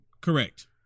Correct